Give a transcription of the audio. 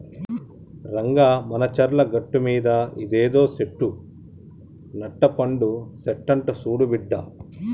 రంగా మానచర్ల గట్టుమీద ఇదేదో సెట్టు నట్టపండు సెట్టంట సూడు బిడ్డా